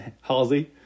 Halsey